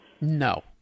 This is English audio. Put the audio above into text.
No